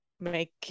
Make